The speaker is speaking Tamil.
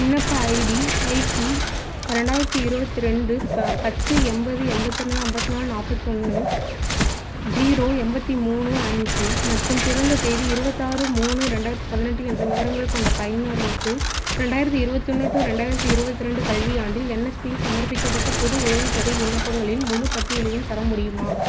விண்ணப்ப ஐடி ஐ பி ரெண்டாயிரத்தி இருபத்தி ரெண்டு பத்து எண்பது எண்பத்தி ரெண்டு ஐம்பத்து நாலு நாற்பத்தொன்னு ஜீரோ எண்பத்தி மூணு அஞ்சு மற்றும் பிறந்த தேதி இருபத்தாறு மூணு ரெண்டாயிரத்தி பதினெட்டு என்ற விவரங்கள் கொண்ட பயனருக்கு ரெண்டாயிரத்தி இருபத்தி ஒன்று டு ரெண்டாயிரத்தி இருபத்தி ரெண்டு கல்வியாண்டில் என்எஸ்பியில் சமர்ப்பிக்கப்பட்ட புது உதவித்தொகை விண்ணப்பங்களின் முழுப்பட்டியலையும் தர முடியுமா